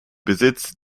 besitz